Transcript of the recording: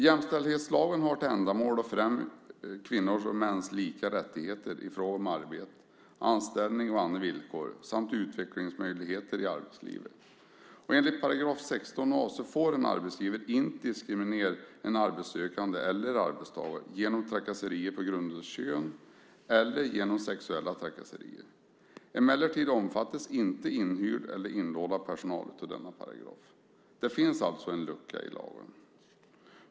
Jämställdhetslagen har till syfte att främja kvinnors och mäns lika rättigheter i fråga om arbete, anställning och andra villkor och utvecklingsmöjligheter i arbetslivet. Enligt 16 a § får en arbetsgivare inte diskriminera en arbetssökande eller arbetstagare på grund av kön eller genom sexuella trakasserier. Inhyrd eller inlånad personal omfattas emellertid inte av denna paragraf. Det finns alltså en lucka i lagen.